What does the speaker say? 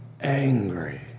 angry